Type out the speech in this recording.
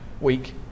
week